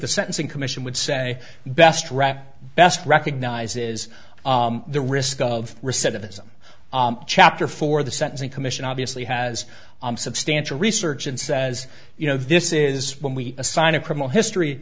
the sentencing commission would say best rap best recognizes the risk of recidivism chapter four the sentencing commission obviously has substantial research and says you know this is when we assign a criminal history